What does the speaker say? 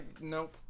nope